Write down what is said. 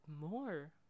more